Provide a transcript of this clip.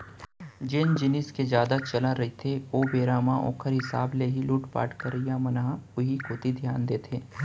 जेन जिनिस के जादा चलन रहिथे ओ बेरा म ओखर हिसाब ले ही लुटपाट करइया मन ह उही कोती धियान देथे